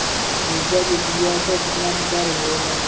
मिर्चा के बीया क कितना प्रकार आवेला?